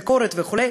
ביקורת וכו'.